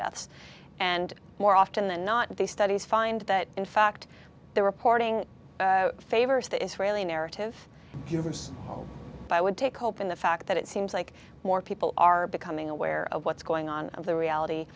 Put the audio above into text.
deaths and more often than not these studies find that in fact the reporting favors the israeli narrative by would take hope in the fact that it seems like more people are becoming aware of what's going on of the reality